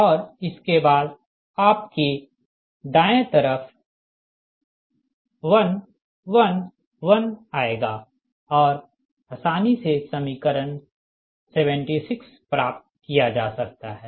और इसके बाद आपके दाएँ तरफ 1 1 1 आएगा और आसानी से समीकरण 76 प्राप्त किया जा सकता है